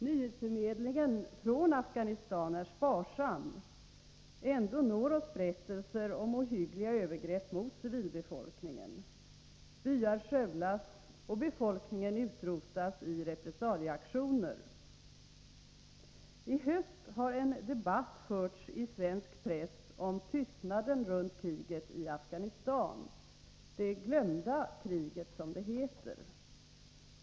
Nyhetsförmedlingen från Afghanistan är sparsam. Ändå når oss berättel ser om ohyggliga övergrepp mot civilbefolkningen. Byar skövlas, och befolkningen utrotas i repressalieaktioner. I höst har en debatt förts i svensk press om tystnaden runt kriget i Aghanistan — ”det glömda kriget”, som det heter.